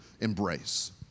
embrace